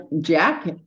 Jack